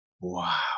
Wow